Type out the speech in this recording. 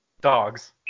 Dogs